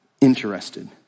interested